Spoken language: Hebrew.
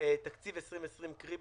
תקציב 2020. קרי,